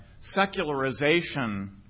secularization